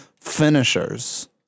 finishers